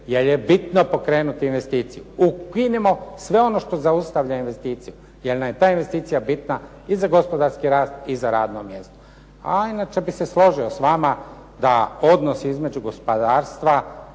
jer je bitno pokrenuti investiciju. Ukinimo sve ono što zaustavlja investiciju, jer nam je ta investicija bitna i za gospodarski rast i za radno mjesto. A inače bih se složio s vama da odnos između gospodarstva